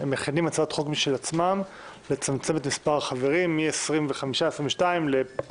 הם מכינים הצעת חוק משל עצמם לצמצם את מספר החברים מ-25 לחצי מזה.